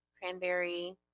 cranberry